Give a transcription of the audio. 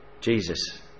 Jesus